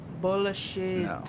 Bullshit